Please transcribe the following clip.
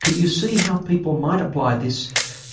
can you see how people might apply this